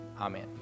amen